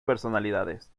personalidades